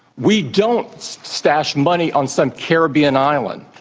we don't stash money on some caribbean island.